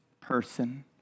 person